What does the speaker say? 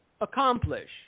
accomplish